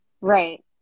right